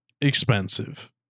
Expensive